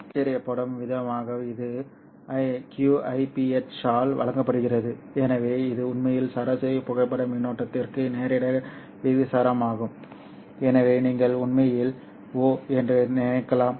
ஆச்சரியப்படும் விதமாக இது qIph ஆல் வழங்கப்படுகிறது எனவே இது உண்மையில் சராசரி புகைப்பட மின்னோட்டத்திற்கு நேரடியாக விகிதாசாரமாகும் எனவே நீங்கள் உண்மையில் ஓ என்று நினைக்கலாம்